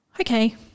okay